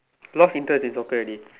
lost interest in soccer already